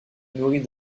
nourrit